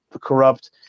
corrupt